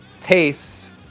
tastes